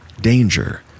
Danger